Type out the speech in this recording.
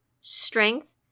strength